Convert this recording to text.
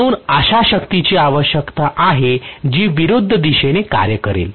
म्हणून अशा शक्तीची आवश्यकता आहे जी विरुध्द दिशेने कार्य करेल